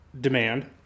demand